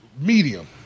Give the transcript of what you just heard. Medium